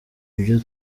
ibyo